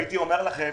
הייתי אומר לכם